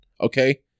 okay